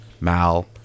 Mal